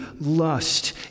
lust